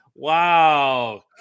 Wow